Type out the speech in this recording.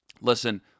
Listen